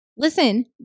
Listen